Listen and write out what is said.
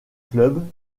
club